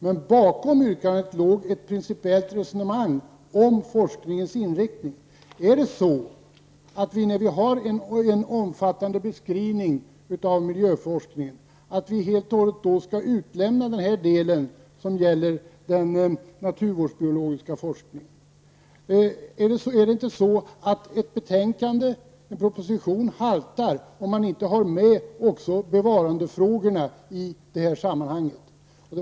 Men bakom yrkandet låg ett principiellt resonemang om forskningens inriktning. När vi har en omfattande beskrivning av miljöforskningen, skall vi då helt och hållet utelämna den del som gäller den naturvårdsbiologiska forskningen? Är det inte så att ett betänkande och en proposition haltar om man inte också har med bevarandefrågorna i sammanhanget?